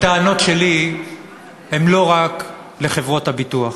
הטענות שלי הן לא רק לחברות הביטוח,